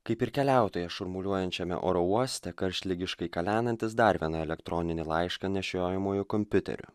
kaip ir keliautoja šurmuliuojančiame oro uoste karštligiškai kalenantis dar vieną elektroninį laišką nešiojamuoju kompiuteriu